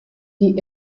die